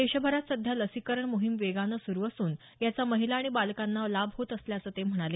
देशभरात सध्या लसीकरण मोहीम वेगानं सुरु असून याचा महिला आणि बालकांना लाभ होत असल्याचं ते म्हणाले